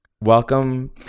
Welcome